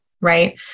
right